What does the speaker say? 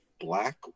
black